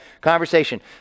conversation